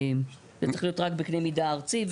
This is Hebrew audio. זה צריך להיות רק בקנה מידה ארצי,